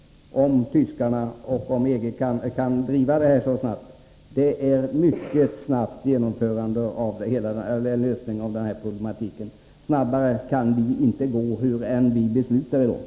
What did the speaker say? Om tyskarna och EG kan driva denna fråga så, att en lösning av hela denna problematik föreligger 1986 har det gått mycket snabbt. Snabbare kan vi inte gå, hur vi än beslutar i dag.